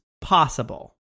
possible